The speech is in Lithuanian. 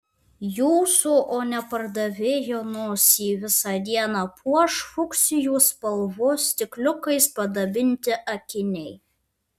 jūsų o ne pardavėjo nosį visą dieną puoš fuksijų spalvos stikliukais padabinti akiniai